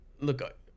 Look